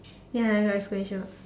ya I know I screenshot